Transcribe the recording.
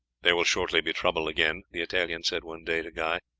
there will shortly be trouble again, the italian said one day to guy.